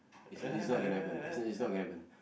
it's it's not gonna happen it's it's not gonna happen ah